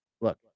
look